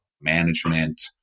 management